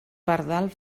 pardal